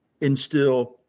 instill